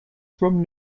from